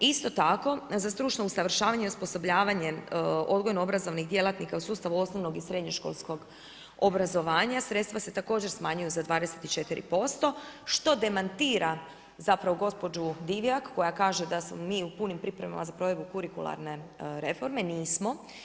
Isto tako za stručno usavršavanje i osposobljavanje odgojno-obrazovnih djelatnika u sustavu osnovnog i srednje školskog obrazovanja sredstva se također smanjuju za 24% što demantira zapravo gospođu Divjak koja kaže da smo mi u punim pripremama za provedbu kurikularne reforme nismo.